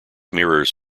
mirrors